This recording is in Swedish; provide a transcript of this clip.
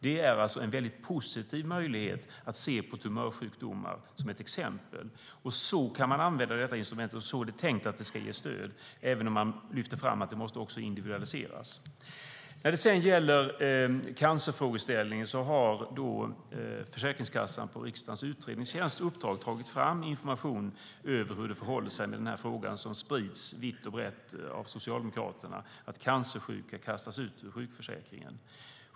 Det är alltså en positiv möjlighet när det gäller till exempel tumörsjukdomar. På det sättet kan man använda instrumentet. Det är så det är tänkt att ge stöd, även om man lyfter fram att det också måste individualiseras. När det sedan gäller cancer har Försäkringskassan på uppdrag av riksdagens utredningstjänst tagit fram information om hur det förhåller sig. Socialdemokraterna sprider vitt och brett att cancersjuka kastas ut ur sjukförsäkringen.